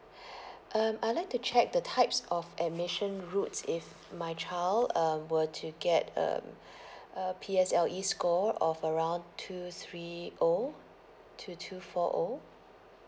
um I'd like to check the types of admission routes if my child um were to get um a P_S_L_E score of around two three O to two four O